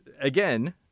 again